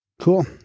Cool